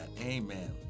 Amen